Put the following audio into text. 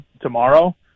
tomorrow